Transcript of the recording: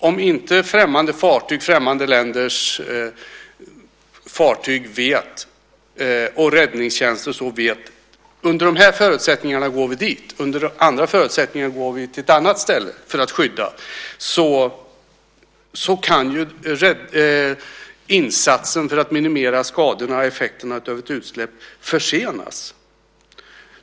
Om inte främmande länders fartyg och räddningstjänst vet att "under de här förutsättningarna går vi dit och under andra förutsättningar går vi till ett annat ställe" för att skydda, kan ju insatsen för att minimera skadorna och effekterna av ett utsläpp försenas.